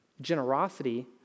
generosity